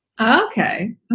Okay